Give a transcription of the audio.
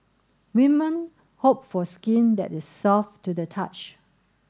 women hope for skin that is soft to the touch